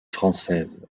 française